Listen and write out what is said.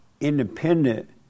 independent